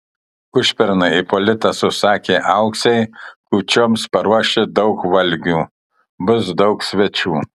užpernai ipolitas užsakė auksei kūčioms paruošti daug valgių bus daug svečių